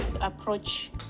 approach